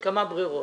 יש כמה ברירות.